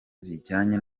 zijyanye